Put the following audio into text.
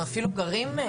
אנחנו אפילו גרים בשטח.